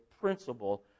principle